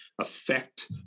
affect